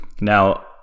Now